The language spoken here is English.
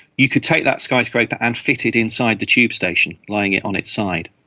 you could take that skyscraper and fit it inside the tube station, lying it on its side.